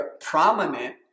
prominent